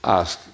ask